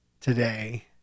today